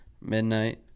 Midnight